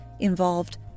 involved